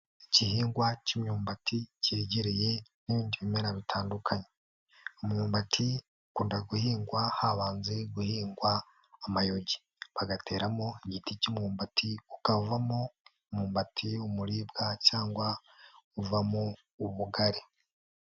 Igihingwa cy'imyumbati cyegereye ibindi bimera bitandukanye. Umwumbati ukunda guhingwa habanje guhingwa amayugi, bagateramo igiti cy'imyumbati ukavamo umwumbati w'umuribwa cyangwa uvamo ubugari.